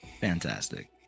fantastic